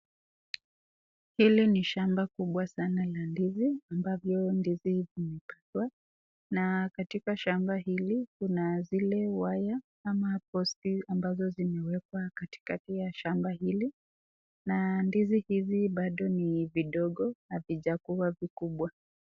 Hili ni shamba kubwa sana la ndizi ambavyo ndizi vimepandwa na katika shamba hili kuna zile waya ama posti ambazo zimeekwa katika ya shamba hili na ndizi hizi bado ni vidogo havijakuwa vikubwa.